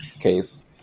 case